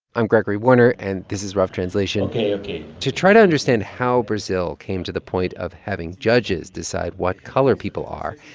i'm gregory warner, and this is rough translation ok, ok to try to understand how brazil came to the point of having judges decide what color people are,